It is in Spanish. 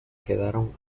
quedaron